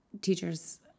teachers